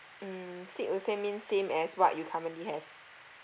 mm stick to the same means same as what you currently have